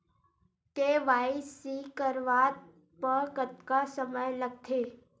KYC करवात म कतका समय लगथे?